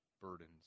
burdens